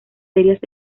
serias